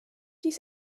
dies